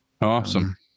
Awesome